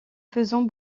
faisons